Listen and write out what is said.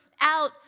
out